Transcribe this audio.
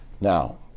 Now